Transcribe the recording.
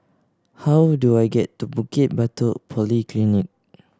how do I get to Bukit Batok Polyclinic